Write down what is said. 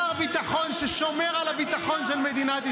שר הביטחון צריך לנסוע לקריה,